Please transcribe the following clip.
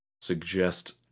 suggest